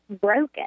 broken